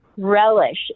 Relish